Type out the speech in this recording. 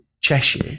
Cheshire